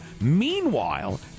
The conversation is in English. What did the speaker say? Meanwhile